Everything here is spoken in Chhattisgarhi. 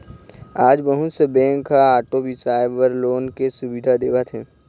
आज बहुत से बेंक ह आटो बिसाए बर लोन के सुबिधा देवत हे